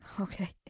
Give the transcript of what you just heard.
Okay